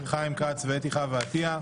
חיים כץ ואתי חווה עטייה.